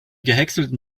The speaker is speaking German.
gehäckselten